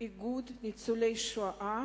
איגוד ניצולי השואה,